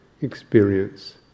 experience